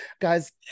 guys